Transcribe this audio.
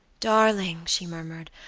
darling, she murmured,